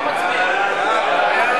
התשע"א 2011,